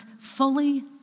fully